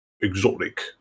exotic